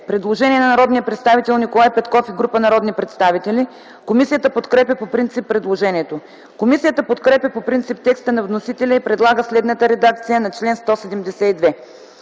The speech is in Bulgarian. предложение на народния представител Николай Петков и група народни представители. Комисията подкрепя по принцип предложението. Комисията подкрепя по принцип текста на вносителя и предлага следната редакция на чл. 180: